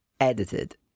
Edited